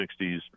60s